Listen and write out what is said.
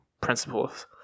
principles